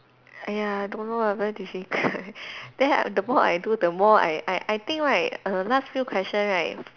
!aiya! don't know lah very difficult then the more I do the more I I I think right err last few question right